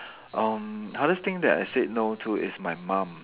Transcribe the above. um hardest thing that I said no to is my mum